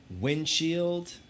windshield